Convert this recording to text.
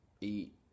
eat